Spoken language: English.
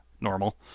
normal